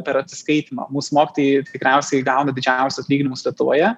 per atsiskaitymą mūsų mokytojai tikriausiai gauna didžiausius atlyginimus lietuvoje